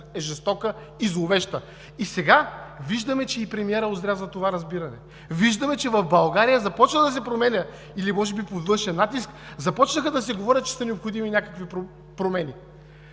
е жестока и зловеща. И сега виждаме, че и премиерът узря за това разбиране. Виждаме, че България започна да се променя или може би под външен натиск започнаха да говорят, че са необходими някакви промени.